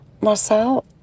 Marcel